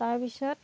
তাৰপিছত